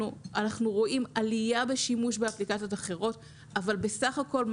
אנחנו רואים עלייה בשימוש באפליקציות אחרות אבל בסך הכול,